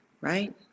right